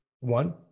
one